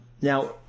Now